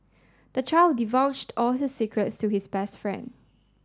the child divulged all his secrets to his best friend